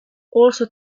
also